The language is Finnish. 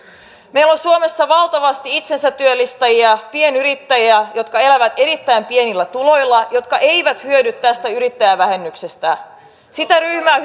meillä on suomessa valtavasti itsensätyöllistäjiä pienyrittäjiä jotka elävät erittäin pienillä tuloilla ja jotka eivät hyödy tästä yrittäjävähennyksestä sitä ryhmää